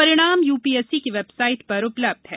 परिणाम यूपीएससी की वेबसाइट पर उपलब्ध है